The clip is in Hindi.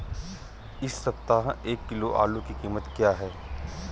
इस सप्ताह एक किलो आलू की कीमत क्या है?